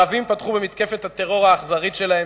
הערבים פתחו במתקפת הטרור האכזרית שלהם,